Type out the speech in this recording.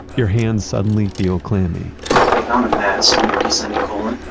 your hands suddenly feel clammy they found a mass in your descending colon